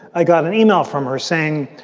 i got an email from her saying,